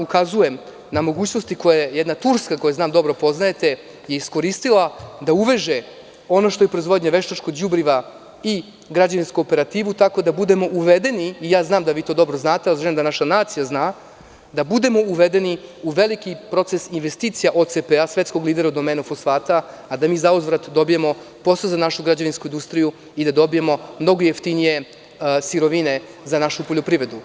Ukazujem vam na mogućnosti koje je Turska, a znate vrlo dobro, iskoristila da uveže, ono što je proizvodnja veštačkog đubriva i građevinsku operativu, i ja znam da vi to vrlo dobro znate, ali želim da naša nacija to zna, da budemo uvedeni u veliki proces investicija OCP, svetskog lidera u domenu fosfata, a da mi zauzvrat dobijemo posao za našu građevinsku industriju i da dobijemo mnogo jeftinije sirovine za našu poljoprivredu.